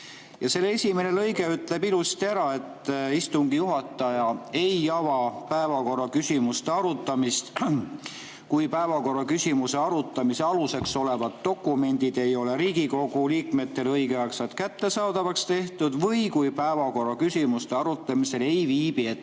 Ja selle esimene lõige ütleb ilusti ära, et istungi juhataja ei ava päevakorraküsimuse arutamist, kui päevakorraküsimuse arutamise aluseks olevad dokumendid ei ole Riigikogu liikmetele õigeaegselt kättesaadavaks tehtud või kui päevakorraküsimuse arutamisel ei viibi